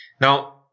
Now